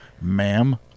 ma'am